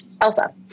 elsa